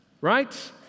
Right